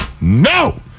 No